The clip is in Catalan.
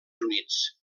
units